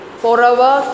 forever